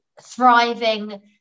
thriving